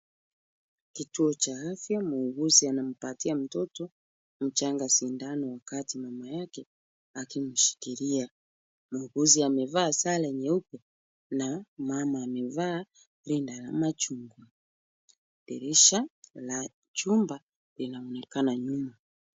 Kituo cha afya. Muuguzi anamptia mtoto mchanga sindano wakati mama yake akimshikilia. Muuguzi amevaa sare nyeupe na mama amevaa rinda la machungwa. Dirisha la chumba linaonekana nyuma.